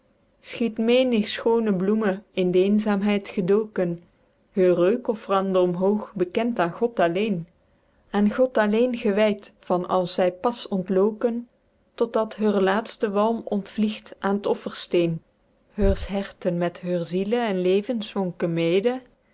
schiet menig schoone bloeme in de eenzaemheid gedoken heur reukoffrande omhoog bekend aen god alleen aen god alleen gewyd van als zy pas ontloken tot dat heur laetste walm ontvliegt aen t offersteen heurs herten met heur ziele en levensvonke mede